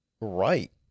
right